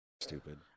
Stupid